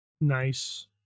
Nice